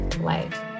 life